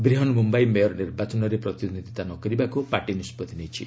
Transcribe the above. Brihan Mumbai mayor ନିର୍ବାଚନରେ ପ୍ରତିଦ୍ୱନ୍ଦ୍ୱିତା ନ କରିବାକୁ ପାର୍ଟି ନିଷ୍କଭି ନେଇଛି